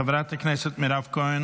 חברת הכנסת מירב כהן